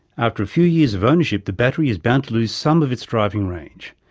after a few years of ownership the battery is bound to lose some of its driving range,